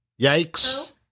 Yikes